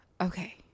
Okay